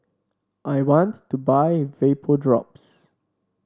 I want to buy Vapodrops